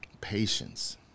patience